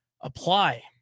apply